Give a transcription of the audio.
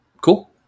Cool